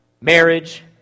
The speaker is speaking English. marriage